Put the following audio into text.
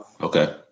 Okay